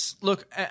look